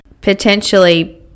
potentially